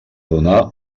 donar